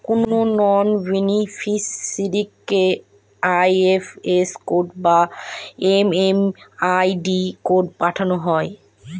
কোনো নন বেনিফিসিরইকে IFS code বা এম.এম.আই.ডি কোড পাঠানো হয়